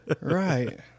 Right